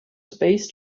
space